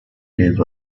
gave